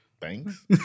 Thanks